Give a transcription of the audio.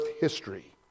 history